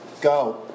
Go